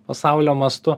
pasaulio mastu